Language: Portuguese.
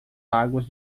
águas